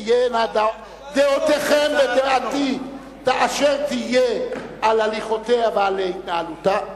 תהיינה דעותיכם ודעתי כאשר תהיינה על הליכותיה ועל התנהלותה,